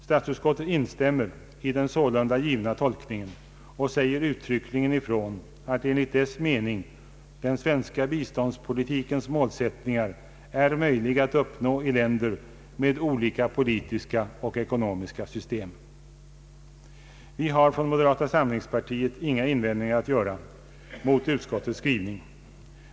Statsutskottet instämmer i den sålunda givna tolkningen och säger uttryckligen ifrån, att enligt dess mening den svenska biståndspolitikens målsättningar är möjliga att uppnå i länder med olika politiska och ekonomiska system. Vi har från moderata samlingspartiet inga invändningar mot utskottets skrivning.